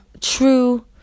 true